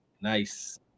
nice